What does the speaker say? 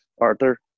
Arthur